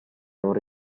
non